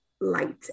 light